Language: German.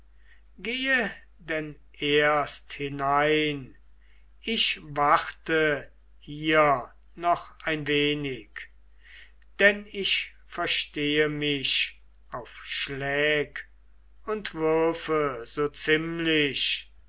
gehe denn erst hinein ich warte hier noch ein wenig denn ich verstehe mich auf schlag und würfe so ziemlich